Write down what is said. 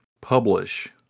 publish